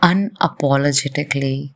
Unapologetically